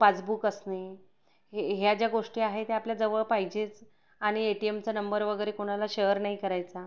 passbook असणे हे ह्या ज्या गोष्टी आहे त्या आपल्याजवळ पाहिजेच आणि ए टी एमचा नंबर वगैरे कोणाला शेअर नाही करायचा